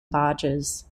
barges